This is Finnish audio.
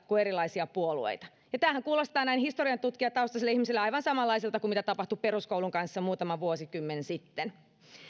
kuin erilaisia puolueita tämähän kuulostaa näin historiantutkijataustaiselle ihmiselle aivan samanlaiselta kuin mitä tapahtui peruskoulun kanssa muutama vuosikymmen sitten